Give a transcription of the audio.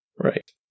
Right